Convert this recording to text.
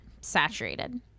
saturated